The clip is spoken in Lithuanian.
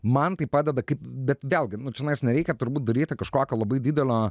man tai padeda bet vėlgi nu čionais nereikia turbūt daryti kažkokio labai didelio